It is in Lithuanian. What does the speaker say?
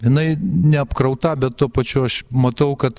jinai neapkrauta bet tuo pačiu aš matau kad